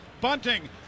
bunting